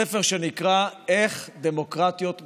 ספר שנקרא "איך דמוקרטיות מתות".